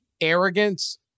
arrogance